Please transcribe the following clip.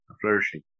flourishing